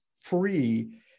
free